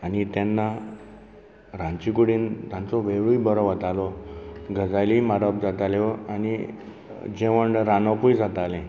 आनी तेन्ना रांदचे कुडींत तांचो वेळूय बरो वतालो गजाली मारप जाताल्यो आनी जेवण रांदपूय जातालें